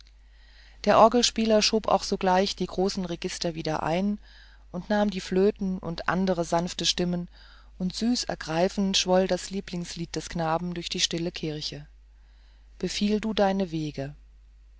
der orgelspieler schob auch sogleich die großen register wieder ein und nahm die flöten und andere sanfte stimmen und süß und ergreifend schwoll das lieblingslied des knaben durch die stille kirche befiehl du deine wege